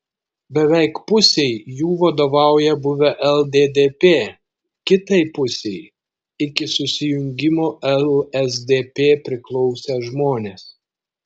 beveik pusei jų vadovauja buvę lddp kitai pusei iki susijungimo lsdp priklausę žmonės